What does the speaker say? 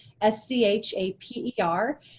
S-C-H-A-P-E-R